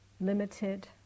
limited